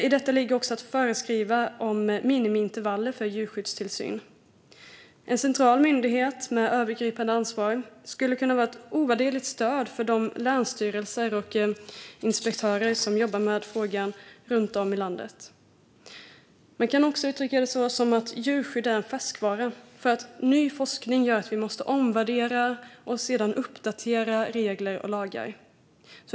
I detta ligger också att föreskriva om minimiintervall för djurskyddstillsynen. En central myndighet med övergripande ansvar skulle kunna vara ett ovärderligt stöd för länsstyrelserna och de inspektörer som jobbar med frågan runt om i landet. Man kan också uttrycka det som att djurskydd är en färskvara. Ny forskning gör nämligen att vi måste omvärdera och uppdatera regler och lagar.